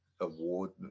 award